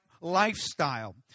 lifestyle